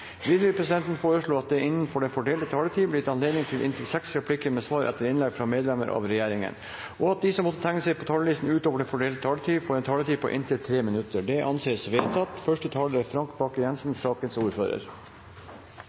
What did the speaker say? Videre vil presidenten foreslå at det blir gitt anledning til inntil seks replikker med svar etter innlegg fra medlemmer av regjeringen innenfor den fordelte taletid, og at de som måtte tegne seg på talerlisten utover den fordelte taletid, får en taletid på inntil 3 minutter. – Det anses vedtatt. Det er